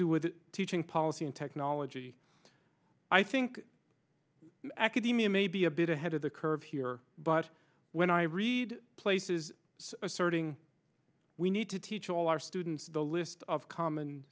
do with teaching policy and technology i think academia may be a bit ahead of the curve here but when i read places asserting we need to teach all our students the list of common